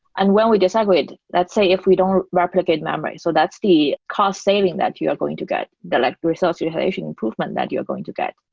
and when we disaggregate, let's say if we don't replicate memory, so that's the cost saving that you are going to get, the like resource utilization improvement that you're going to get.